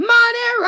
Money